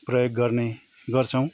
प्रयोग गर्ने गर्छौँ